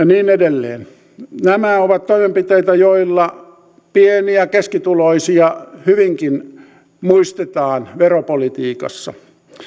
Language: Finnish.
niin edelleen nämä ovat toimenpiteitä joilla pieni ja keskituloisia hyvinkin muistetaan veropolitiikassa